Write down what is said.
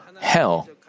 hell